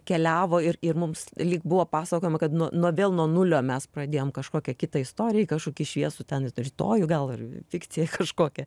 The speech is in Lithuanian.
keliavo ir ir mums lyg buvo pasakojama kad nu nu vėl nuo nulio mes pradėjom kažkokią kitą istoriją į kažkokį šviesų ten rytojų gal ir fikciją kažkokią